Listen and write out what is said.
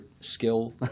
skill